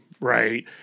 right